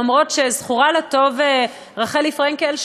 למרות שזכורה לטוב רחלי פרנקל,